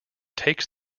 takes